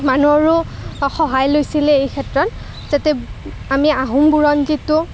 মানুহৰো সহায় লৈছিলে এই ক্ষেত্ৰত যাতে আমি আহোম বুৰঞ্জীটো